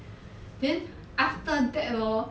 then after that hor